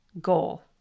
goal